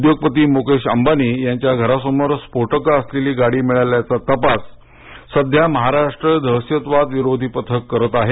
उद्योगपती मुकेश अंबानी यांच्या घरासमोर स्फोटके असलेली गाडी मिळाल्याचा तपास सध्या महाराष्ट्र दहशतवाद विरोधी पथक करत आहे